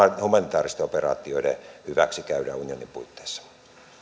humanitääristen operaatioiden hyväksi käydään unionin puitteissa